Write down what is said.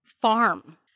farm